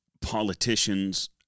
politicians